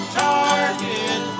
target